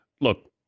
Look